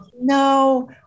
no